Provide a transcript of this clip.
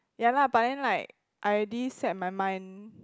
ya lah but then like I already set my mind